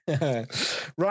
Right